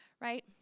right